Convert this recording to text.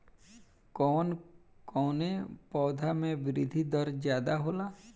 कवन कवने पौधा में वृद्धि दर ज्यादा होला?